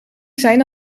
zijn